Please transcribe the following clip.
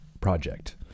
Project